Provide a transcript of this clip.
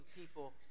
people